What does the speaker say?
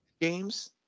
games